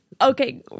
Okay